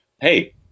hey